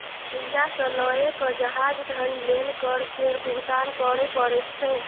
सुइया सँ लए कए जहाज धरि लेल कर केर भुगतान करय परैत छै